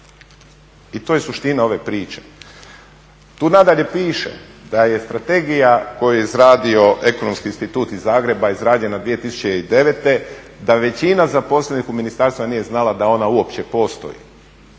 I to je suština ove priče. Tu nadalje piše da je strategija koju je izradio Ekonomski institut iz Zagreba izrađena 2009., da većina zaposlenih u ministarstvima nije znala da ona uopće postoji